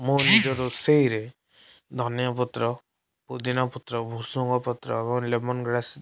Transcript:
ମୁଁ ନିଜ ରୋଷେଇରେ ଧନିଆପତ୍ର ପୋଦିନାପତ୍ର ଭୁଷୁଙ୍ଗପତ୍ର ଏବଂ ଲେମନଗ୍ରାସ